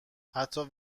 حتی